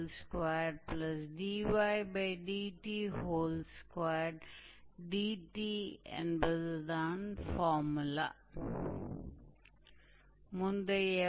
तो L और वह 2a है तो यह बिंदु a है और यह हमारा s है